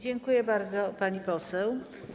Dziękuję bardzo, pani poseł.